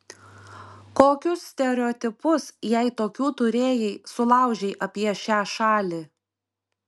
kokius stereotipus jei tokių turėjai sulaužei apie šią šalį